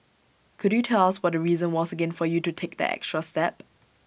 could you tell us what the reason was again for you to take that extra step